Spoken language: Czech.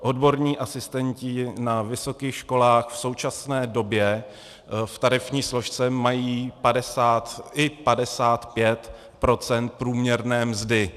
Odborní asistenti na vysokých školách v současné době v tarifní složce mají i 55 % průměrné mzdy.